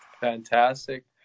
Fantastic